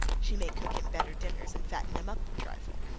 she may cook him better dinners, and fatten him up a trifle.